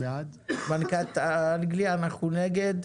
מי נגד?